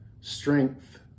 strength